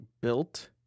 built